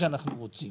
רוצים